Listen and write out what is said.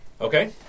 Okay